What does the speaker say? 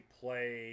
play